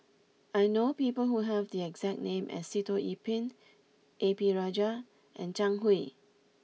I know people who have the exact name as Sitoh Yih Pin A P Rajah and Zhang Hui